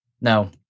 No